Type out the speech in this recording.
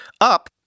up